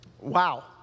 Wow